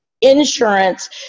insurance